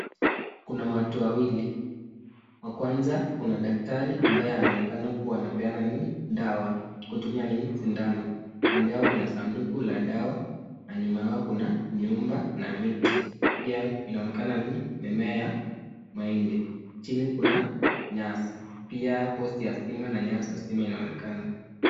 Kuna watu wawili kwanza kuna daktari ambaye anaonekana kuwa anapeana dawa kutumia nini sindano kando yao kuna sanduku ya dawa na nyuma yao kuna nyumba na miti pia inaonekana nini mimea ya mahindi chini kuna viazi, pia posti ya stima inaonekana.